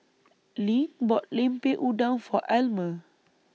LINK bought Lemper Udang For Elmer